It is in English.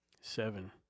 Seven